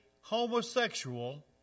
homosexual